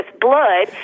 blood